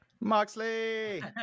moxley